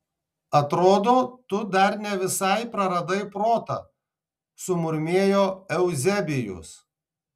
atrodo tu dar ne visai praradai protą sumurmėjo euzebijus